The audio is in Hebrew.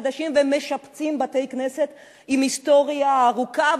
חדשים ומשפצים בתי-כנסת עם היסטוריה ארוכה,